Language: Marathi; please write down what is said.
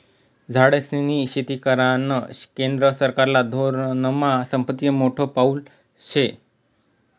झाडेस्नी शेती करानं केंद्र सरकारना धोरनमा संपत्तीनं मोठं पाऊल शे